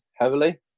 heavily